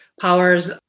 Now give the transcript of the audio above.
powers